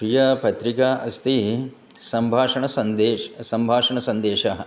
प्रिया पत्रिका अस्ति सम्भाषणसन्देशः सम्भाषणसन्देशः